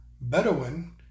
Bedouin